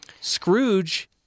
Scrooge